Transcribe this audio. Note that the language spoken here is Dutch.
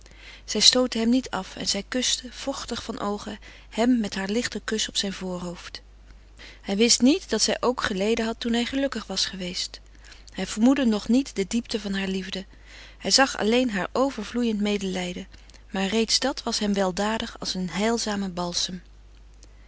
zij stootte hem niet af en zij kuste vochtig van oogen hem met haar lichten kus op zijn voorhoofd hij wist niet dat zij hem steeds had lief gehad hij wist niet dat zij ook geleden had toen hij gelukkig was geweest hij vermoedde nog niet de diepte harer liefde hij zag alleen haar overvloeiend medelijden maar reeds dat was hem weldadig als een heilzame balsem